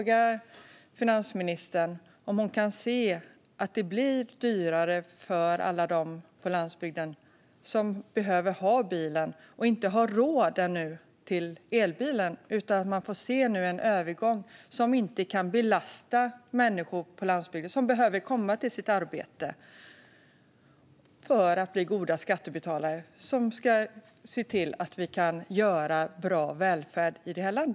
Kan finansministern se att det blir dyrare för alla dem på landsbygden som behöver bil och ännu inte har råd med elbil? I den här övergången ska vi inte ytterligare belasta de människor som behöver komma till sitt arbete, vill vara goda skattebetalare och bidra till att skapa en bra välfärd i vårt land.